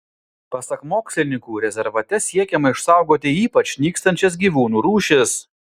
pasak mokslininkų rezervate siekiama išsaugoti ypač nykstančias gyvūnų rūšis